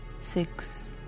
six